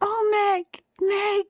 oh meg, meg